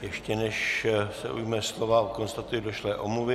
Ještě než se ujme slova, konstatuji došlé omluvy.